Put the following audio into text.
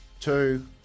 two